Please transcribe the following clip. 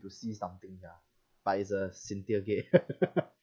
to see something ya but it's a cynthia gate